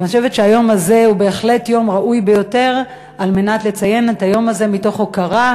אני חושבת שהיום הזה הוא בהחלט יום ראוי ביותר לציין אותו מתוך הוקרה,